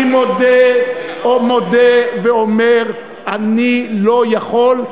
אני מודה ואומר אני לא יכול,